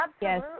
Yes